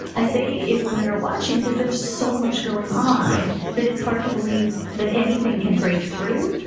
i say if women are watching because there's so much going on that it's hard to believe that anything can break through.